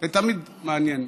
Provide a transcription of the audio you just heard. כן,